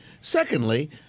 Secondly